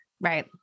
right